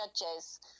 Judges